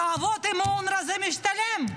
לעבוד עם אונר"א זה משתלם,